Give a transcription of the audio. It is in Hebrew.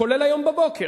כולל היום בבוקר.